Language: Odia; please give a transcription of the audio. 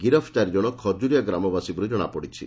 ଗିରଫ ଚାରିଜଣ ଖକୁରିଆ ଗ୍ରାମବାସୀ ବୋଲି ଜଣାପଡ଼ିଛି